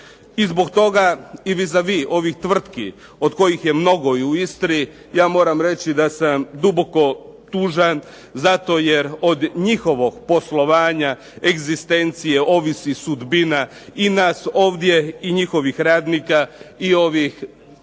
I zbog toga i vis a vis ovih tvrtki od kojih je mnogo u Istri ja moram reći da sam duboko tužan zato što zbog njihovog poslovanja egzistencije, ovisi sudbina i nas ovdje i njihovih radnika i ovih